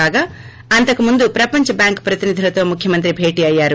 కాగా అంతకుముందు ప్రపంచ బ్యాంక్ ప్రతినిధులతో ముఖ్యమంత్రి భేటీ అయ్యారు